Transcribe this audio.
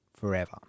forever